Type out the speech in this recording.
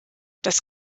das